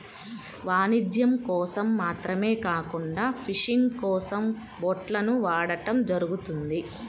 వాణిజ్యం కోసం మాత్రమే కాకుండా ఫిషింగ్ కోసం బోట్లను వాడటం జరుగుతుంది